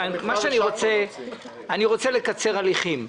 אני רוצה לקצר הליכים.